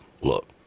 look